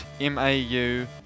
M-A-U